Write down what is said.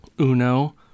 Uno